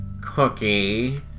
Cookie